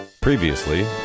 Previously